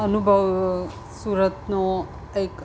અનુભવ સુરતનો એક